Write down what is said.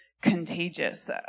contagious